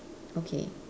okay